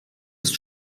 ist